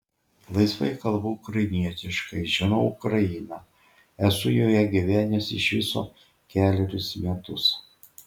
laisvai kalbu ukrainietiškai žinau ukrainą esu joje gyvenęs iš viso kelerius metus